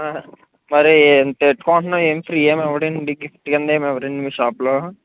మరి ఇంత పెట్టుకుంటున్నాం మరి ఏమి ఫ్రీ ఏమి ఇవ్వడా అండి గిఫ్ట్ ఫ్రీ ఏమి ఇవ్వరా అండి మీ షాప్లో